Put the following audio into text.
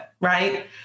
right